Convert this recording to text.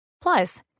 Plus